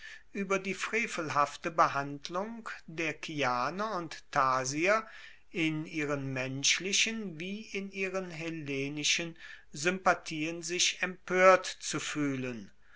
ueber die frevelhafte behandlung der kianer und thasier in ihren menschlichen wie in ihren hellenischen sympathien sich empoert zu fuehlen